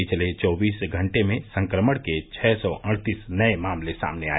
पिछले चौबीस घंटे में संक्रमण के छः सौ अड़तीस नए मामले सामने आए